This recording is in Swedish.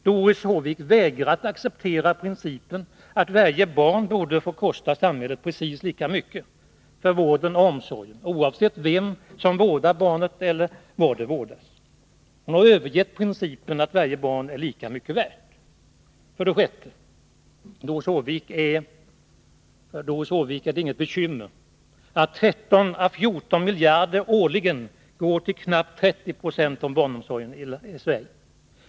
Doris Håvik vägrar att acceptera principen att varje barn borde få kosta samhället precis lika mycket för vården och omsorgen, oavsett vem som vårdar barnet eller var det vårdas. Hon har övergivit principen att varje barn är lika mycket värt. 6. För Doris Håvik är det inget bekymmer att 13 å 14 miljarder årligen går till knappt 30 26 av barnomsorgen i Sverige.